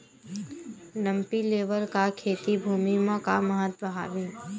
Dumpy level का खेती भुमि म का महत्व हावे?